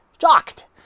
Shocked